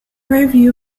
review